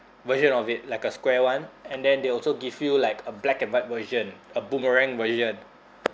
version of it like a square [one] and then they also give you like a black and white version a boomerang version